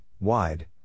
wide